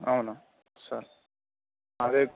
అవును సరే అదే